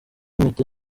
impeta